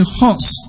horse